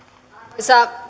arvoisa